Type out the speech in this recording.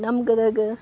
ನಮ್ಮ ಗದಗ